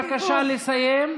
בבקשה לסיים.